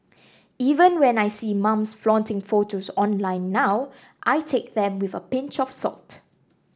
even when I see mums flaunting photos online now I take them with a pinch of salt